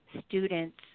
students